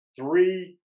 Three